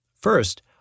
First